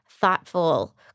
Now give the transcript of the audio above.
thoughtful